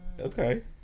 Okay